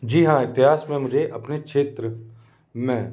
जी हाँ इतिहास में मुझे अपने क्षेत्र में